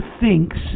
thinks